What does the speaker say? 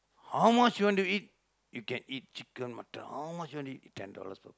how much you want to eat you can eat chicken mutton how much you want to eat ten dollars